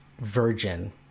virgin